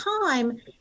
time